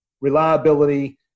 reliability